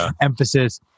emphasis